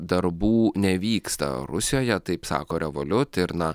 darbų nevyksta rusijoje taip sako revoliut ir na